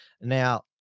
Now